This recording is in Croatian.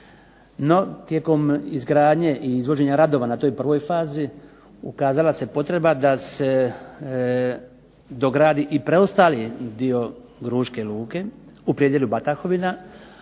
No tijekom izgradnje i izvođenja radova na toj prvoj fazi ukazala se potreba da se dogradi i preostali dio Gruške luke, u predjelu Batakovina,